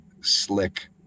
slick